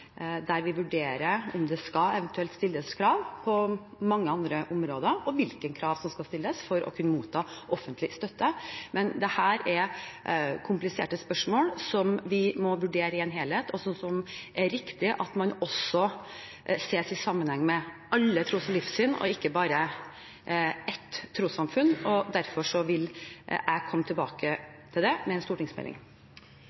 der vi vurderer om det eventuelt skal stilles krav på mange andre områder, og hvilke krav som skal stilles for å kunne motta offentlig støtte. Men dette er kompliserte spørsmål som vi må vurdere i en helhet, og som det er riktig at man ser i sammenheng med alle tros- og livssynssamfunn og ikke bare ett trossamfunn. Derfor vil jeg komme tilbake